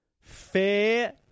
Fair